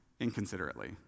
inconsiderately